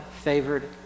favored